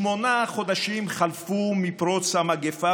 שמונה חודשים חלפו מפרוץ המגפה,